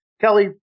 Kelly